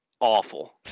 awful